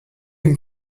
une